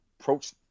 approach